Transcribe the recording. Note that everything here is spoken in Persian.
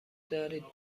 دارید